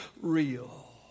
real